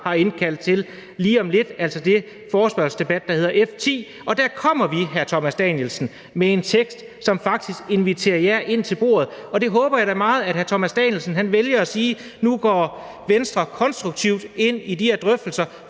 har indkaldt til, lige om lidt, altså den forespørgselsdebat, der hedder F 10, og der kommer vi, hr. Thomas Danielsen, med en tekst, som faktisk inviterer jer ind til bordet. Og der håber jeg da meget, at hr. Thomas Danielsen vælger at sige, at nu går Venstre konstruktivt ind i de her drøftelser